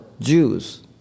Jews